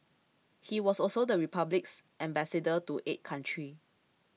he was also the Republic's Ambassador to eight countries